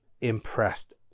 impressed